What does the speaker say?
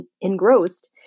engrossed